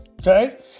okay